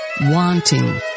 wanting